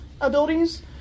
abilities